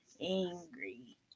angry